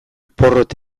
porrot